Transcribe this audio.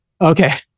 Okay